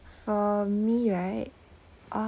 for me right uh